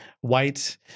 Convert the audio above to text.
white